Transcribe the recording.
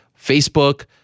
Facebook